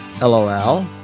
LOL